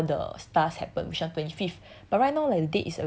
tell them before the stars happened which is on the twenty fifth